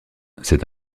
c’est